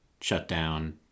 shutdown